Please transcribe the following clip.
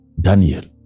Daniel